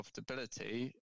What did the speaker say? profitability